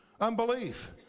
unbelief